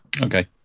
okay